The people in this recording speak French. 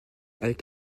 avec